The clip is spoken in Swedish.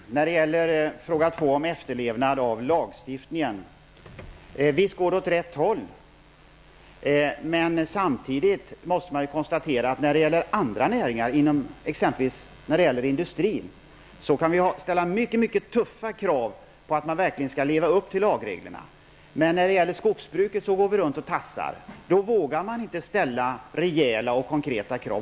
Herr talman! När det gäller fråga två om efterlevnad av lagstiftningen vill jag säga att visst går det åt rätt håll. Samtidigt måste man emellertid konstatera att beträffande andra näringar, exempelvis industrin, kan vi ställa mycket, mycket tuffa krav på att man verkligen skall leva upp till lagreglerna. Men då det gäller skogsbruket går vi runt och tassar: då vågar vi inte ställa rejäla och konkreta krav.